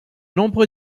nombreux